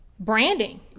branding